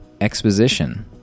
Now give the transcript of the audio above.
exposition